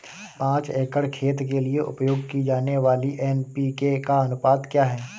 पाँच एकड़ खेत के लिए उपयोग की जाने वाली एन.पी.के का अनुपात क्या है?